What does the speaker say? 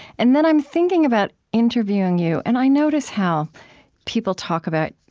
and then i'm thinking about interviewing you, and i notice how people talk about,